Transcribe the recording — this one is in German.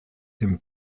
dem